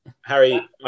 harry